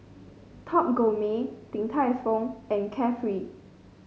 Top Gourmet Din Tai Fung and Carefree